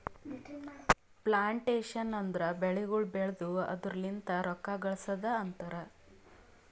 plantation ಅಂದುರ್ ಬೆಳಿಗೊಳ್ ಬೆಳ್ದು ಅದುರ್ ಲಿಂತ್ ರೊಕ್ಕ ಗಳಸದ್ ಅಂತರ್